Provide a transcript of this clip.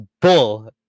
bull